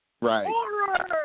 Right